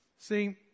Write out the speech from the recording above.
See